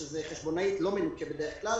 שזה חשבונאית לא מנוכה בדרך כלל,